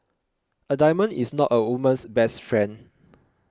a diamond is not a woman's best friend